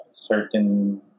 certain